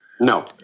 No